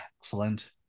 Excellent